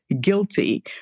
guilty